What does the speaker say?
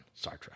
Sartre